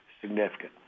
significant